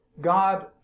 God